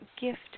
gift